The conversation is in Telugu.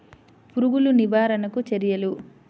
పురుగులు నివారణకు చర్యలు?